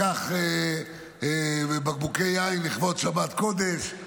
לקח בקבוקי יין לכבוד שבת קודש,